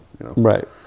Right